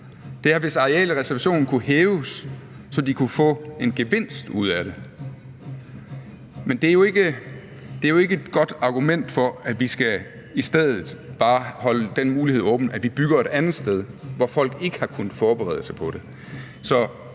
nu, er, at arealreservationen kunne blive hævet, så de kan få en gevinst ud af det. Men det er jo ikke et godt argument for, at vi i stedet bare skal holde den mulighed åben, at vi bygger et andet sted, hvor folk ikke har kunnet forberede sig på det.